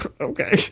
Okay